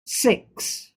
six